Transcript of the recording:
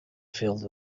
filled